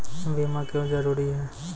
बीमा क्यों जरूरी हैं?